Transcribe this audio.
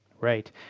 Right